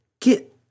get